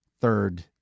third